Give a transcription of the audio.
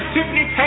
Tiffany